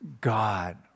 God